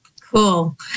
Cool